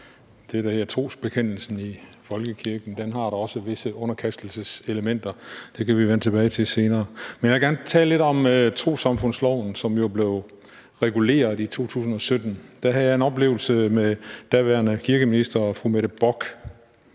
trosbekendelsen i folkekirken. Den har da også visse underkastelseselementer. Det kan vi vende tilbage til senere. Jeg vil gerne tale lidt om trossamfundsloven, som jo blev reguleret i 2017. Der havde jeg en oplevelse med daværende kirkeminister fru Mette Bock.